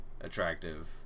attractive